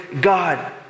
God